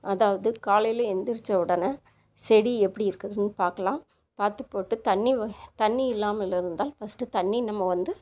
அதாவது காலையில் எந்திரிச்ச உடனே செடி எப்படி இருக்குதுன்னு பார்க்கலாம் பார்த்துப்போட்டு தண்ணி தண்ணி இல்லாமல் இருந்தால் ஃபர்ஸ்ட்டு தண்ணி நம்ம வந்து